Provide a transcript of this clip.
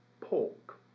pork